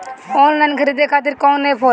Online खरीदे खातीर कौन एप होला?